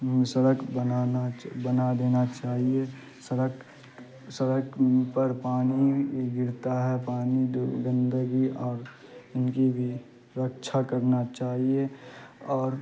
سڑک بنانا بنا دینا چاہیے سڑک پر پانی گرتا ہے پانی گندگی اور ان کی بھی رکچھا کرنا چاہیے اور